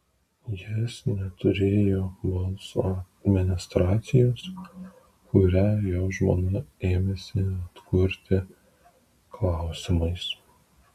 jis neturėjo balso administracijos kurią jo žmona ėmėsi atkurti klausimais